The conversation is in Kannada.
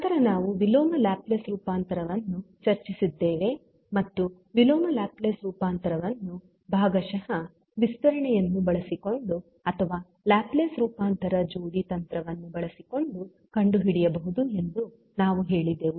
ನಂತರ ನಾವು ವಿಲೋಮ ಲ್ಯಾಪ್ಲೇಸ್ ರೂಪಾಂತರವನ್ನು ಚರ್ಚಿಸಿದ್ದೇವೆ ಮತ್ತು ವಿಲೋಮ ಲ್ಯಾಪ್ಲೇಸ್ ರೂಪಾಂತರವನ್ನು ಭಾಗಶಃ ವಿಸ್ತರಣೆಯನ್ನು ಬಳಸಿಕೊಂಡು ಅಥವಾ ಲ್ಯಾಪ್ಲೇಸ್ ರೂಪಾಂತರ ಜೋಡಿ ತಂತ್ರವನ್ನು ಬಳಸಿಕೊಂಡು ಕಂಡುಹಿಡಿಯಬಹುದು ಎಂದು ನಾವು ಹೇಳಿದೆವು